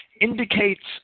indicates